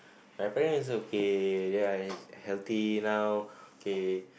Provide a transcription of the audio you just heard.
my parents are okay ya it's healthy now okay